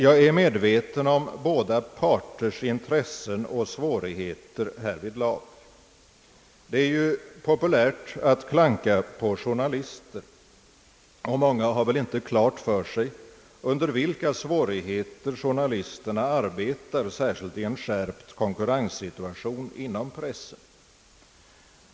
Jag är medveten om båda parters intressen och svårigheter härvidlag. Det är ju populärt att klanka på journalister. Många har väl inte klart för sig under vilka svårigheter journalisterna arbetar, särskilt i en skärpt konkurrenssituation inom pressen.